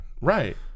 right